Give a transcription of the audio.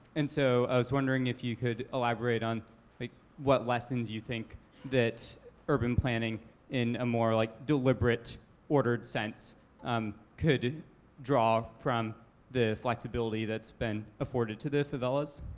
and so i was wondering if you could elaborate on like what lessons you think that urban planning in a more like deliberate ordered sense um could draw from the flexibility that's been afforded to the favelas?